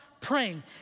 praying